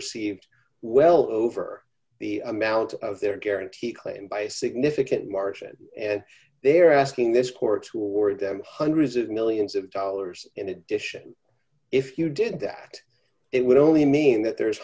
received well over the amount of their guarantee claimed by a significant margin and they're asking this court to award d them hundreds of millions of dollars in addition if you did that it would only mean that there